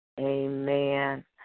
Amen